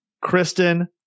Kristen